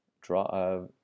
draw